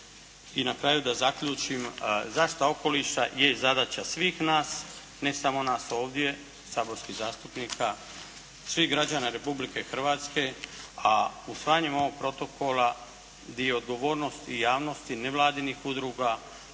I na kraju da zaključim. Zaštita okoliša je zadaća svih nas, ne samo nas ovdje saborskih zastupnika, svih građana Republike Hrvatske, a usvajanjem ovog protokola dio odgovornosti i javnosti, nevladinih udruga,